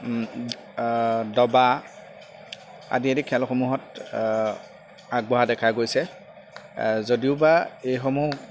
দবা আদি আদি খেলসমূহত আগবঢ়া দেখা গৈছে যদিও বা এইসমূহ